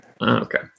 Okay